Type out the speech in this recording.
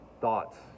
thoughts